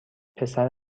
پسر